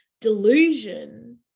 Delusion